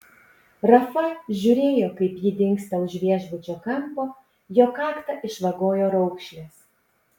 rafa žiūrėjo kaip ji dingsta už viešbučio kampo jo kaktą išvagojo raukšlės